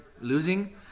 losing